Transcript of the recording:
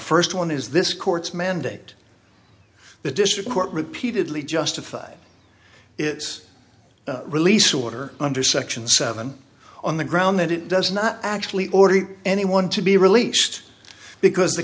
first one is this court's mandate the district court repeatedly justified its release order under section seven on the ground that it does not actually order anyone to be released because the